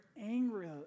angry